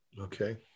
Okay